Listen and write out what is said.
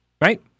right